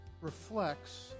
reflects